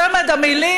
צמד המילים,